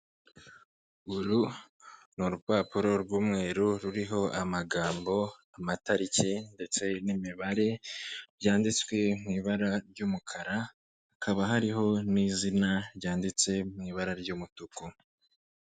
Uru ni urupapuro rw'umweru, ruriho amagambo, amatariki, ndetse n'imibare, byanditswe mu ibara ry'umukara, hakaba hariho n'izina ryanditse mu ibara ry'umutuku.